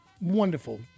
wonderful